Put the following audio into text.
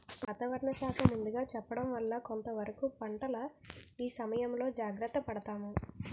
వాతావరణ శాఖ ముందుగా చెప్పడం వల్ల కొంతవరకు పంటల ఇసయంలో జాగర్త పడతాము